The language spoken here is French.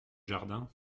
jardin